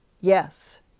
yes